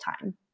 time